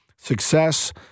Success